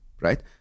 right